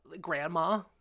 grandma